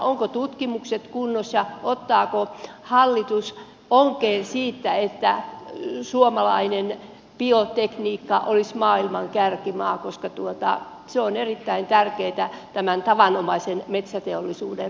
ovatko tutkimukset kunnossa ottaako hallitus onkeen siitä että suomalainen biotekniikka olisi maailman kärkeä koska se on erittäin tärkeätä tämän tavanomaisen metsäteollisuuden rinnalla